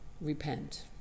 repent